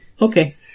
Okay